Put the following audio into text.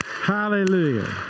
Hallelujah